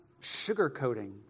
sugarcoating